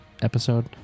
episode